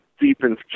Deepens